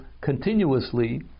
continuously